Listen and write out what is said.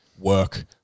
work